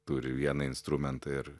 turi vieną instrumentą ir